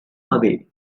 away